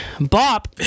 BOP